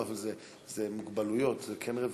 לא, זה מוגבלות, זה כן רווחה.